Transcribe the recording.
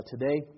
today